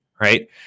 right